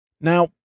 now